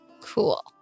cool